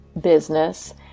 business